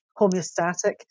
homeostatic